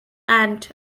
and